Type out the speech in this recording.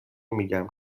میگم